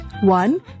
One